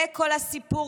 זה כל הסיפור,